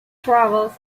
travels